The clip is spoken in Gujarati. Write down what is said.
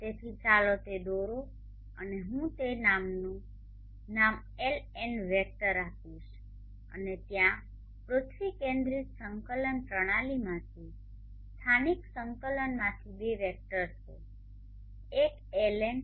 તેથી ચાલો તે દોરો અને હું તે નામનું નામ LN વેક્ટર આપીશ અને ત્યાં પૃથ્વી કેન્દ્રિત સંકલન પ્રણાલીમાંથી સ્થાનિક સંકલનમાંથી બે વેક્ટર છે એક LN